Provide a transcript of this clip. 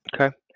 Okay